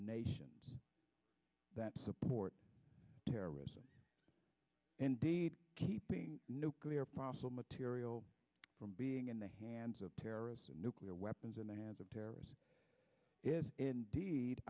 nations that support terrorism and keeping nuclear possible material from being in the hands of terrorists a nuclear weapons in the hands of terrorists if indeed